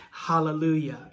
Hallelujah